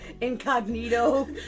Incognito